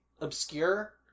obscure